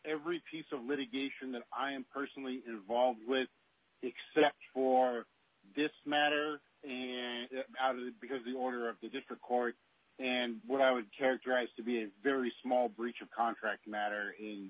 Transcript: every piece of litigation that i am personally involved with except for this matter and because the order of the different court and what i would characterize to be a very small breach of contract matter